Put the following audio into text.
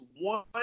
one